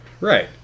Right